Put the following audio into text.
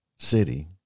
city